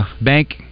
Bank